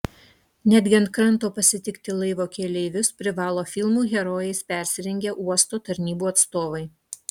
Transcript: netgi ant kranto pasitikti laivo keleivius privalo filmų herojais persirengę uosto tarnybų atstovai